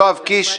יואב קיש,